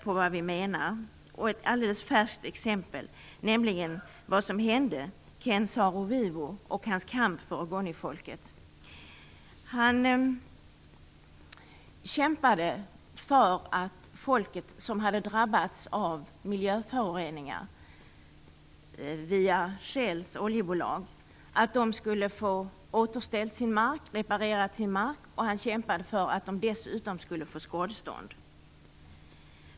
Jag skall ge ett alldeles färskt exempel på vad vi menar, nämligen vad som hände Ken Saro-Wiwa och hans kamp för ogonifolket. Han kämpade för att detta folk, som hade drabbats av miljöföroreningar via oljebolaget Shell, skulle få sin mark sanerad och återställd. Han kämpade dessutom för att man skulle få skadestånd.